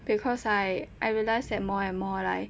because I I realise that more and more like